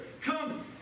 Come